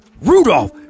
Rudolph